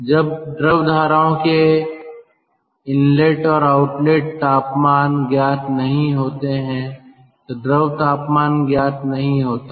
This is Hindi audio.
जब द्रव धाराओं के प्रवेश और निकास तापमान ज्ञात नहीं होते हैं तो द्रव तापमान ज्ञात नहीं होता है